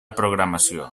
programació